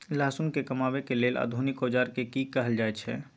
लहसुन के कमाबै के लेल आधुनिक औजार के कि कहल जाय छै?